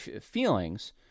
feelings